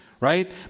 right